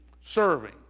serving